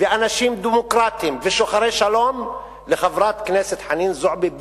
של אנשים דמוקרטים ושוחרי שלום לחברת הכנסת חנין זועבי,